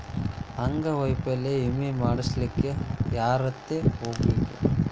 ಅಂಗವೈಫಲ್ಯ ವಿಮೆ ಮಾಡ್ಸ್ಲಿಕ್ಕೆ ಯಾರ್ಹತ್ರ ಹೊಗ್ಬ್ಖು?